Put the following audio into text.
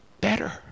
better